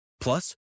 Plus